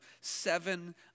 seven